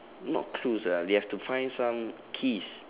not clues ah they have to find some keys